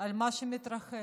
ממה שמתרחש.